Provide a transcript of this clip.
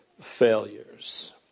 failures